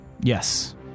Yes